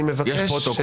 אני מבקש שתסיים.